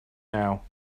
now